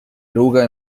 eruga